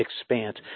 expanse